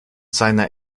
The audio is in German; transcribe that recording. seiner